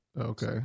Okay